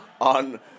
on